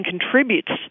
contributes